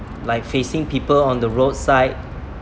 like facing people on the roadside